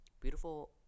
beautiful